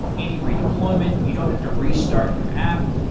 any redeployment, you don't have to restart your app.